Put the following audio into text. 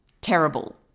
terrible